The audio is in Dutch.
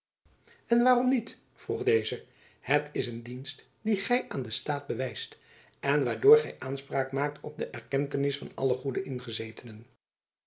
en waarom niet vroeg deze het is een dienst die gy aan den staat bewijst en waardoor gy aanspraak maakt op de erkentenis van alle goede ingezetenen